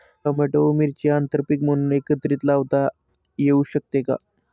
Tomato व मिरची आंतरपीक म्हणून एकत्रित लावता येऊ शकते का?